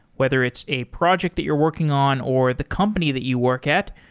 whether it's a project that you're working on or the company that you work at.